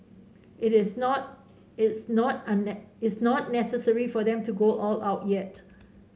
it is not it's not on it's not necessary for them to go all out yet